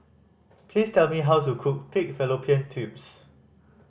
please tell me how to cook pig fallopian tubes